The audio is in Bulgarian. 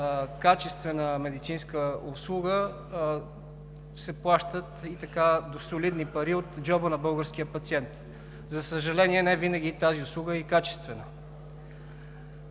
качествена медицинска услуга, се плащат и солидни пари от джоба на българския пациент. За съжаление, не винаги тази услуга е и качествена.